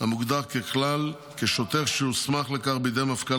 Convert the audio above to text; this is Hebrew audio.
המוגדר ככלל כשוטר שהוסמך לכך בידי מפכ"ל